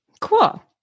Cool